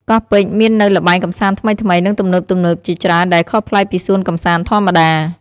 កោះពេជ្រមាននូវល្បែងកម្សាន្តថ្មីៗ និងទំនើបៗជាច្រើនដែលខុសប្លែកពីសួនកម្សាន្តធម្មតា។